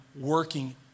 working